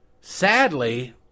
Sadly